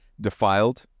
defiled